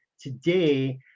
today